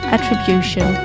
Attribution